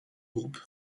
groupe